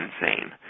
insane